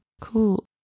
Cool